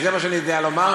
למה אתה לא מדבר על